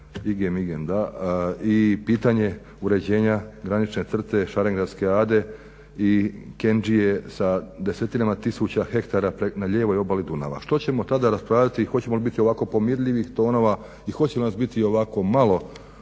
dnevni red … i pitanje uređenja granične crte šarengradske ade i kendžije sa desetinama tisućama hektara na lijevoj obali Dunava. Što ćemo tada raspravljati i hoćemo li biti ovako pomirljivih tonova i hoće li nas biti ovako malo